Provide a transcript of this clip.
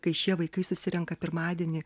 kai šie vaikai susirenka pirmadienį